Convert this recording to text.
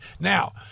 Now